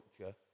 culture